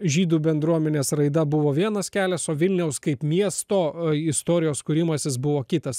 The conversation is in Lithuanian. žydų bendruomenės raida buvo vienas kelias o vilniaus kaip miesto istorijos kūrimas jis buvo kitas